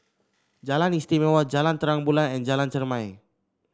Jalan Istimewa Jalan Terang Bulan and Jalan Chermai